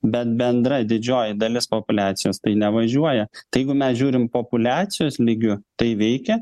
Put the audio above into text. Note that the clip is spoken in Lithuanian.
bet bendra didžioji dalis populiacijos tai nevažiuoja tai jeigu mes žiūrim populiacijos lygiu tai veikia